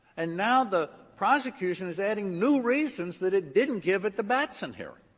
and now the prosecution is adding new reasons that it didn't give at the batson hearing.